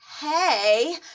hey